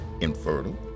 infertile